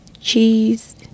Cheese